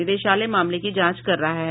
निदेशालय मामले की जांच कर रहा है